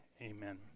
Amen